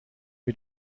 mit